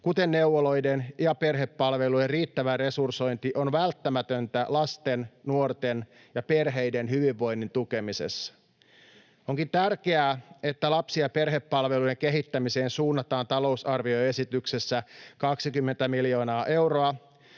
kuten neuvoloiden ja perhepalveluiden, riittävä resursointi on välttämätöntä lasten, nuorten ja perheiden hyvinvoinnin tukemisessa. Onkin tärkeää, että lapsi‑ ja perhepalveluiden kehittämiseen suunnataan talousarvioesityksessä 20 miljoonaa euroa,